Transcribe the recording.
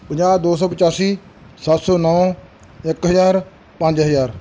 ਪੰਜਾਹ ਦੋ ਸੌ ਪਚਾਸੀ ਸੱਤ ਸੌ ਨੌਂ ਇੱਕ ਹਜ਼ਾਰ ਪੰਜ ਹਜ਼ਾਰ